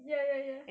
ya ya ya